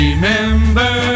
Remember